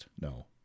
No